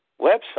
website